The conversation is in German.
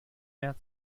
mehr